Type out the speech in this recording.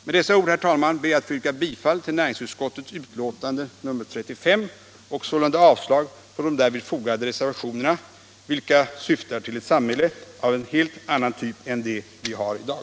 Med dessa ord, herr talman, ber jag att få yrka bifall till näringsutskottets betänkande nr 35 och sålunda avslag på de därvid fogade reservationerna, vilka syftar till ett samhälle av en helt annan typ än det vi har i dag.